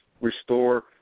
Restore